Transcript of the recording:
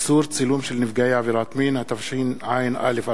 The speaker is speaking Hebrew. (איסור צילום של נפגע עבירת מין), התשע"א 2011,